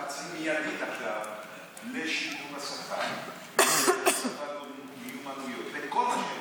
חצי מיליארד לשיפור השכר ולהוספת מיומנויות לכל,